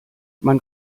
man